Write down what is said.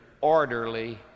orderly